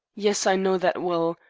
yes, i know that well.